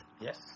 Yes